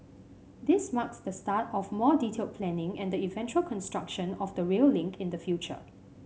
this marks the start of more detailed planning and the eventual construction of the rail link in the future